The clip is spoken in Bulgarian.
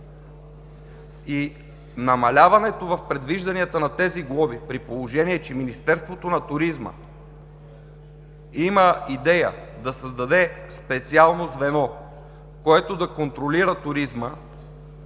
Намаляването в предвижданията на тези глоби, при положение че Министерството на туризма има идея да създаде специално звено, което да контролира туризма